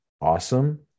awesome